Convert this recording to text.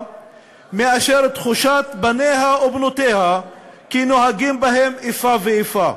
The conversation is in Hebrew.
מאשר תחושת בניה ובנותיה כי נוהגים בהם איפה ואיפה.